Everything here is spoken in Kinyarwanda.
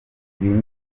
bimwe